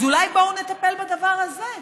אז אולי בואו נטפל בדבר הזה.